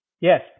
Yes